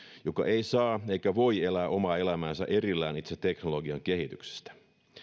joka ei saa eikä voi elää omaa elämäänsä erillään itse teknologian kehityksestä